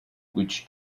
which